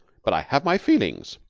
but i have my feelings.